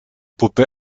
puppe